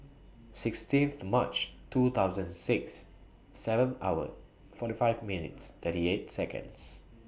sixteen March two thousand and six seven hour forty five minutes thirty eight Seconds